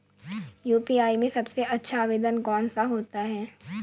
UPI में सबसे अच्छा आवेदन कौन सा होता है?